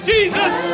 Jesus